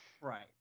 Right